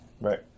Right